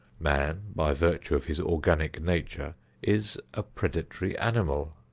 man, by virtue of his organic nature is a predatory animal.